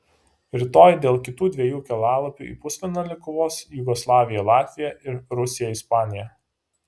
rytoj dėl kitų dviejų kelialapių į pusfinalį kovos jugoslavija latvija ir rusija ispanija